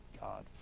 God